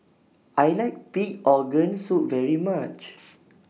I like Pig Organ Soup very much